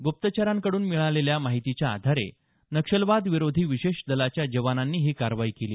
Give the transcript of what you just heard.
गुप्तचरांकडून मिळालेल्या माहितीच्या आधारे नक्षलवादविरोधी विशेष दलाच्या जवानांनी ही कारवाई केली